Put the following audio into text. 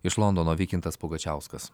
iš londono vykintas pugačiauskas